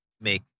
make